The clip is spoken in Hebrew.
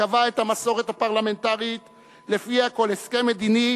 שקבע את המסורת הפרלמנטרית שלפיה כל הסכם מדיני